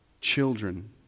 children